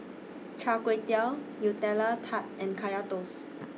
Char Kway Teow Nutella Tart and Kaya Toast